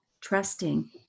trusting